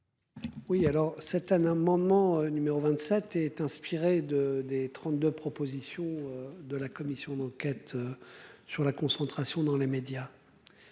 Oui, alors c'est un amendement numéro 27 est inspiré de des 32 propositions de la commission d'enquête. Sur la concentration dans les médias.